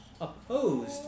opposed